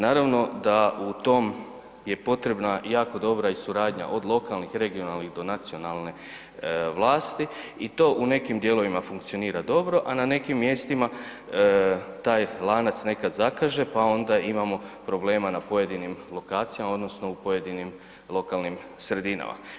Naravno da u tom je potrebna i jako dobra suradnja, od lokalnih, regionalnih do nacionalne vlasti i to u nekim dijelovima funkcionira dobro, a na nekim mjestima taj lanac nekad zakaže, pa onda imamo problema na pojedinim lokacijama, odnosno u pojedinim lokalnim sredinama.